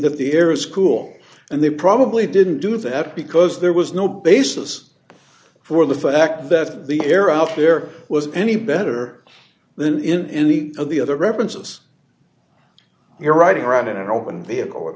that the air is cool and they probably didn't do that because there was no basis for the fact that the air out there was any better than in any of the other references you're riding around in a rope